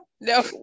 no